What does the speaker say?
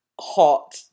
hot